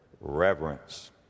reverence